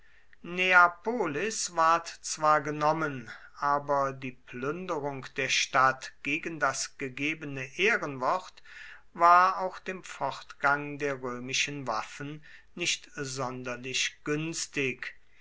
neapolis ward zwar genommen aber die plünderung der stadt gegen das gegebene ehrenwort war auch dem fortgang der römischen waffen nicht sonderlich günstig